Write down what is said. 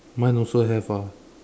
mine also have ah